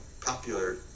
popular